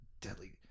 deadly